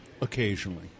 occasionally